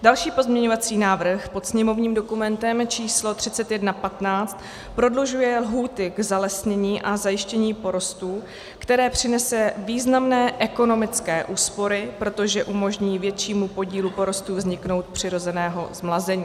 Další pozměňovací návrh, pod sněmovním dokumentem číslo 3115, prodlužuje lhůty k zalesnění a zajištění porostů, které přinese významné ekonomické úspory, protože umožní většímu podílu porostů vzniknutí přirozeného zmlazení.